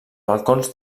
balcons